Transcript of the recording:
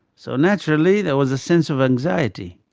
so, naturally there was a sense of anxiety.